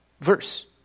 verse